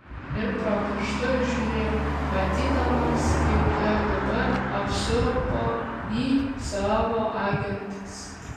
ir pro pirštus žiūrėjo matydamas kaip kgb apsupo jį savo agentais